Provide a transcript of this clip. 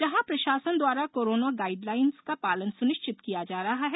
जहां प्रशासन द्वारा कोरोना गाइडलाइन का पालन सुनिश्चित किया जा रहा है